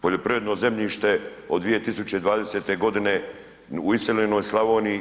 Poljoprivredno zemljište od 2020. g. u iseljenoj Slavoniji i 2/